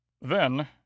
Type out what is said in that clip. Then